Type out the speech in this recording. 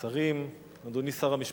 מיכאל בן-ארי,